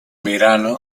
verano